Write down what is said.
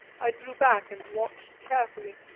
i drew back and watched carefully,